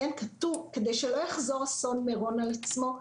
כדי שלא יחזור אסון מירון על עצמו,